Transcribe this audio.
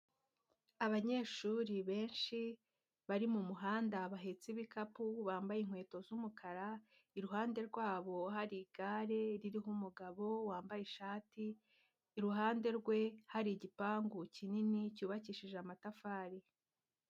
Abanyeshuri benshi bari mu muhanda bahetse ibikapu bambaye inkweto z'umukara, iruhande rwabo hari igare ririho umugabo wambaye ishati, iruhande rwe hari igipangu kinini cyubakishije amatafari.